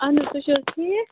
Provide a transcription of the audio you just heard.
اہن حظ تُہۍ چھُو حظ ٹھیک